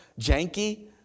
janky